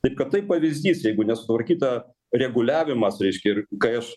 taip kad tai pavyzdys jeigu nesutvarkyta reguliavimas reiškia ir kai aš